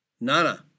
Nana